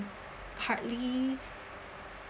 partly